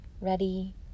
ready